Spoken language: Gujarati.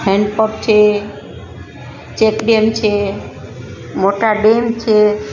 હેન્ડ પંપ છે ચેક ડેમ છે મોટા ડેમ છે